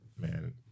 man